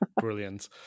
Brilliant